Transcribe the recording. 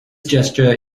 gesture